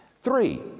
Three